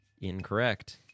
Incorrect